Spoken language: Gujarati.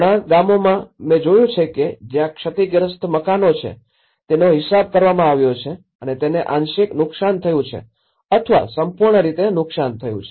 ઘણાં ગામોમાં મેં જોયું છે કે જ્યાં ક્ષતિગ્રસ્ત મકાનો છે તેનો હિસાબ કરવામાં આવ્યો છે કે તેને આંશિક નુકસાન થયું છે અથવા સંપૂર્ણ રીતે નુકસાન થયું છે